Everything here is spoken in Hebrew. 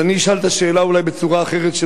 אז אני אשאל את השאלה אולי בצורה אחרת,